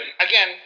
Again